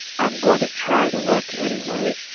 i'm going to try to work, anyway,